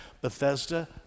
Bethesda